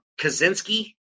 Kaczynski